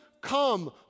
Come